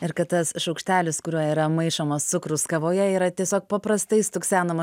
ir kad tas šaukštelis kuriuo yra maišomas cukrus kavoje yra tiesiog paprastai stuksenama